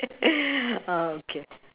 uh okay